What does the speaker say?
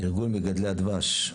ארגון מגדלי הדבש.